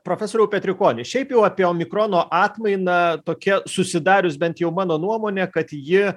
profesoriaus petrikoni šiaip jau apie omikrono atmainą tokia susidarius bent jau mano nuomonė kad ji